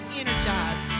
energized